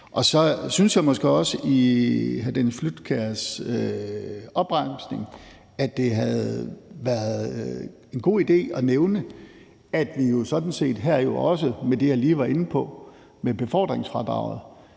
Så synes jeg måske også, at det i hr. Dennis Flydtkjærs opremsning havde været en god idé at nævne, at vi jo sådan set her også med det, jeg lige var inde på, altså befordringsfradraget,